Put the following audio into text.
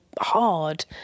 hard